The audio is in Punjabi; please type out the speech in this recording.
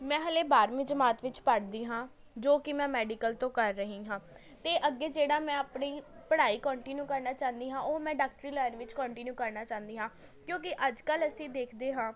ਮੈਂ ਹਲੇ ਬਾਰ੍ਹਵੀਂ ਜਮਾਤ ਵਿੱਚ ਪੜ੍ਹਦੀ ਹਾਂ ਜੋ ਕਿ ਮੈਂ ਮੈਡੀਕਲ ਤੋਂ ਕਰ ਰਹੀ ਹਾਂ ਅਤੇ ਅੱਗੇ ਜਿਹੜਾ ਮੈਂ ਆਪਣੀ ਪੜ੍ਹਾਈ ਕੰਟੀਨਿਊ ਕਰਨਾ ਚਾਹੁੰਦੀ ਹਾਂ ਉਹ ਮੈਂ ਡਾਕਟਰੀ ਲਇਨ ਵਿੱਚ ਕੰਟੀਨਿਊ ਕਰਨਾ ਚਾਹੁੰਦੀ ਹਾਂ ਕਿਉਂਕਿ ਅੱਜ ਕੱਲ੍ਹ ਅਸੀਂ ਦੇਖਦੇ ਹਾਂ